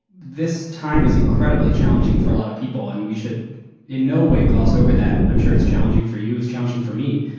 this time is incredibly challenging for a lot of people and we should in no way gloss over that. i'm sure it's challenging for you, it's challenging for me.